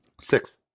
Six